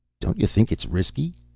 don't you think it's risky?